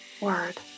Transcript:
Word